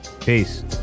Peace